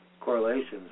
correlations